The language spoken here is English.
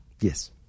Yes